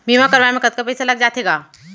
बीमा करवाए म कतका पइसा लग जाथे गा?